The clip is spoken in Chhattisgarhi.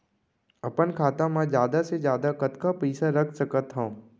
अपन खाता मा जादा से जादा कतका पइसा रख सकत हव?